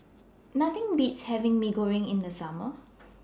Nothing Beats having Mee Goreng in The Summer